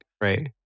Right